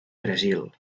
brasil